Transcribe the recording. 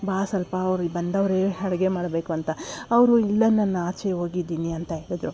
ಬಾ ಸ್ವಲ್ಪ ಅವ್ರು ಬಂದವ್ರೆ ಅಡಿಗೆ ಮಾಡಬೇಕು ಅಂತ ಅವರು ಇಲ್ಲ ನಾನು ಆಚೆ ಹೋಗಿದ್ದೀನಿ ಅಂತ ಹೇಳಿದ್ರು